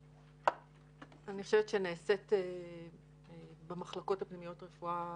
אני חושבת שנעשית במחלקות הפנימיות רפואה